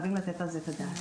חייבים לתת על זה את הדעת.